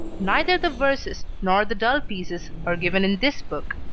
neither the verses nor the dull pieces are given in this book.